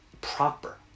proper